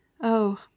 Oh